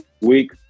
week